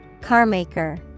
Carmaker